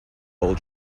old